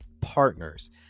partners